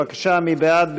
בבקשה, מי בעד?